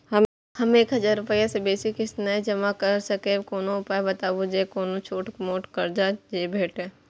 हम एक हजार रूपया से बेसी किस्त नय जमा के सकबे कोनो उपाय बताबु जै से कोनो छोट मोट कर्जा भे जै?